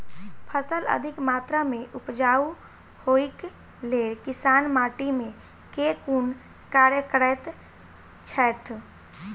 फसल अधिक मात्रा मे उपजाउ होइक लेल किसान माटि मे केँ कुन कार्य करैत छैथ?